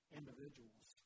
individuals